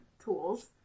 tools